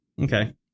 Okay